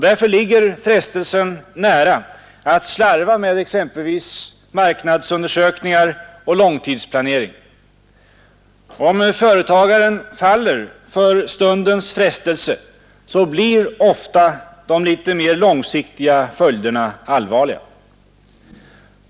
Därför ligger frestelsen nära att slarva med exempelvis marknadsundersökningar och långtidsplanering. Om företagaren faller för stundens frestelse blir ofta de litet mer långsiktiga följderna allvarliga.